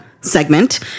segment